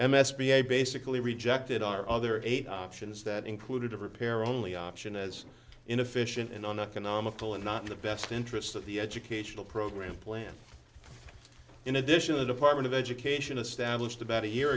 a basically rejected our other eight options that included a repair only option as inefficient and on economic toll and not in the best interest of the educational program plan in addition the department of education established about a year